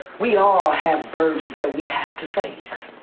we all have burdens that we have to face